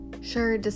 sure